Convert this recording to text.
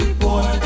boy